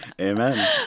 amen